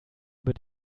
über